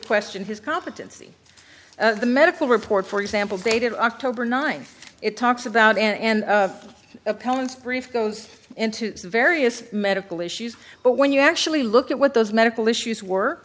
question his competency the medical report for example dated october ninth it talks about and opponents brief goes into various medical issues but when you actually look at what those medical issues were